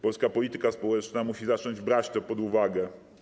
Polska polityka społeczna musi zacząć brać to pod uwagę.